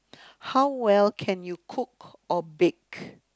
how well can you cook or bake